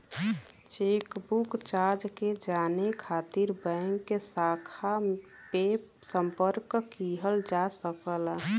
chequebook charge के जाने खातिर बैंक के शाखा पे संपर्क किहल जा सकला